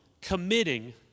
committing